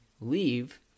leave